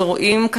ורואים,